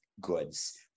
goods